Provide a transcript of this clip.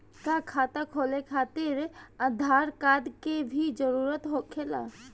का खाता खोले खातिर आधार कार्ड के भी जरूरत होखेला?